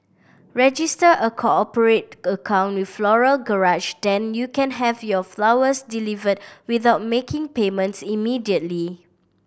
register a cooperate account with Floral Garage then you can have your flowers delivered without making payments immediately